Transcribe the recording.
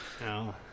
no